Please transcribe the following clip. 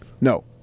No